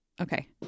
Okay